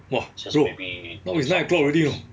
!wah! bro now is nine o'clock already know